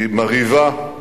היא מרהיבה,